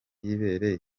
y’ibere